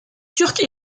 turque